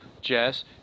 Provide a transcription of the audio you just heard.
Jess